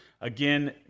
again